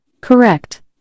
Correct